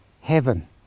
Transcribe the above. heaven